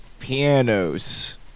Pianos